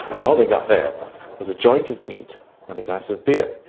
but all they got there was a joint of meat and a glass of beer,